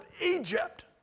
Egypt